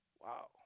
Wow